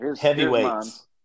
heavyweights